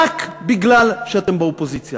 רק בגלל שאתם באופוזיציה.